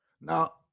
Now